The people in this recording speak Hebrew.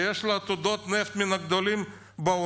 שיש לה עתודות נפט מן הגדולות בעולם,